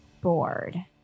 bored